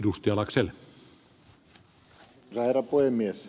arvoisa herra puhemies